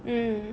mmhmm